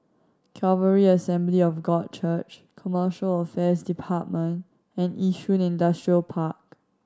Calvary Assembly of God Church Commercial Affairs Department and Yishun Industrial Park